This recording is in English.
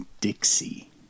Dixie